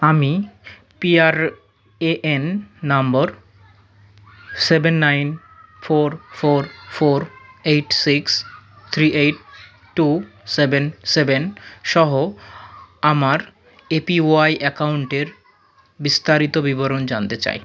আমি PRAN number seven nine four four four eight six three eight two seven seven সহ আমার APY অ্যাকাউন্টের বিস্তারিত বিবরণ জানতে চাই